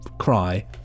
cry